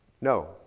No